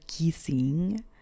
kissing